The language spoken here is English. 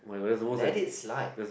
let it slide